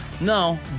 No